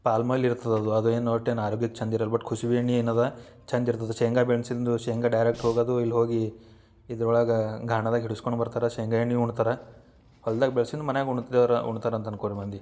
palm oil ಇರ್ತದೆ ಅದು ಅದು ಏನು ಅಷ್ಟೇನ್ ಆರೋಗ್ಯಕ್ಕೆ ಚೆಂದ ಇರಲ್ಲ ಬಟ್ ಕುಸುಬೆ ಎಣ್ಣೆ ಏನಿದೆ ಚೆಂದ ಇರ್ತದೆ ಶೇಂಗಾ ಬೆಳ್ಸಿಂದೂ ಶೇಂಗಾ ಡೈರೆಕ್ಟ್ ಹೋಗೋದು ಇಲ್ಲಿ ಹೋಗಿ ಇದ್ರ ಒಳಗೆ ಗಾಣದಾಗೆ ಹಿಡಿಸ್ಕೊಂಡ್ ಬರ್ತಾರೆ ಶೇಂಗಾ ಎಣ್ಣೆ ಉಣ್ತಾರೆ ಹೊಲ್ದಾಗೆ ಬೆಳ್ಸಿದ್ ಮನ್ಯಾಗೆ ಉಣ್ತಾರೆ ಉಣ್ತಾರೆ ಅಂತ ಅನ್ಕೊಳಿ ಮಂದಿ